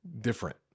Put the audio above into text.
different